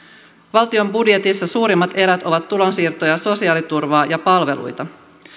valtion budjetissa suurimmat erät ovat tulonsiirtoja sosiaaliturvaa ja palveluita